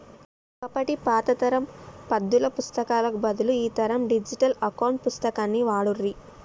ఒకప్పటి పాత తరం పద్దుల పుస్తకాలకు బదులు ఈ తరం డిజిటల్ అకౌంట్ పుస్తకాన్ని వాడుర్రి